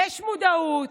יש מודעות,